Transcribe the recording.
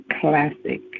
Classic